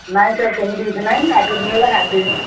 ନାଇଁ ସାର୍ ସେମିତି କିଛି ନାହିଁ ଆଠ ଦିନ ହେଲା ଗାଧେଇନି